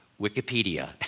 Wikipedia